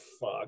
Fuck